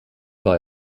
war